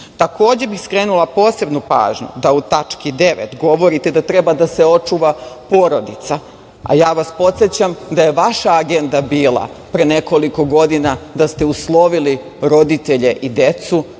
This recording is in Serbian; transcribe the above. bih skrenula posebnu pažnju da u tački 9. govorite da treba da se očuvala porodica. Podsećam vas da je vaša agenda bila pre nekoliko godina da ste uslovili roditelje i decu